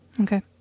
Okay